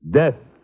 death